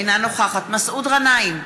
אינה נוכחת מסעוד גנאים,